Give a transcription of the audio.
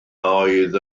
oedd